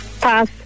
Pass